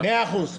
מאה אחוז.